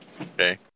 Okay